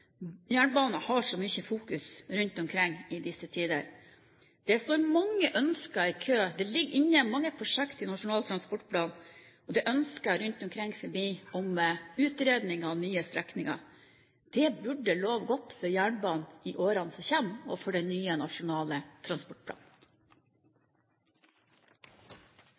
har så mye fokus rundt omkring i disse tider. Det står mange ønsker i kø, det ligger inne mange prosjekter i Nasjonal transportplan, og det er ønsker rundt omkring om utredninger av nye strekninger. Det burde love godt for jernbanen i årene som kommer, og for den nye nasjonale transportplanen.